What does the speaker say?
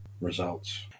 results